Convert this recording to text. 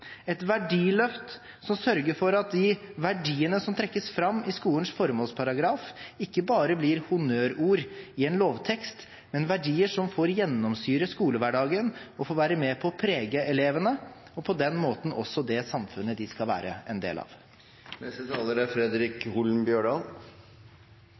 et verdiløft som sørger for at de verdiene som trekkes fram i skolens formålsparagraf, ikke bare blir honnørord i en lovtekst, men verdier som får gjennomsyre skolehverdagen og får være med på å prege elevene og på den måten også det samfunnet de skal være en del av. Som god sunnmøring er